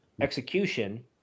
execution